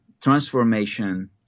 transformation